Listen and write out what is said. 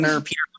Peter